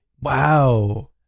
Wow